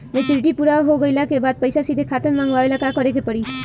Maturity पूरा हो गइला के बाद पईसा सीधे खाता में मँगवाए ला का करे के पड़ी?